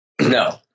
No